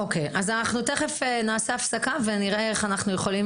תכף נעשה הפסקה ונראה איך אנחנו יכולים